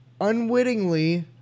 unwittingly